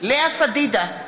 לאה פדידה,